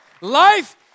Life